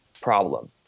problem